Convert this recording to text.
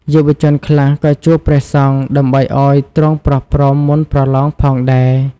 យុវជនខ្លះក៏ជួបព្រះសង្ឃ ដើម្បីឱ្យទ្រង់ប្រោះព្រំ មុនប្រលងផងដែរ។